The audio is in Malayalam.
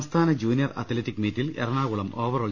സംസ്ഥാന ജൂനിയർ അത്ലറ്റിക് മീറ്റിൽ എറണാകുളം ഓവറോൾ